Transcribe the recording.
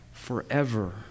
forever